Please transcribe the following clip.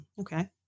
Okay